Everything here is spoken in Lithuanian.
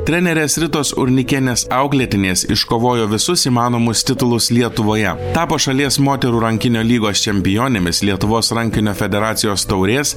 trenerės ritos urnikienės auklėtinės iškovojo visus įmanomus titulus lietuvoje tapo šalies moterų rankinio lygos čempionėmis lietuvos rankinio federacijos taurės